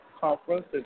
conference